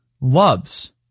loves